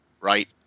right